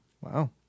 Wow